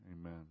Amen